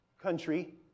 country